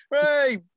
Hey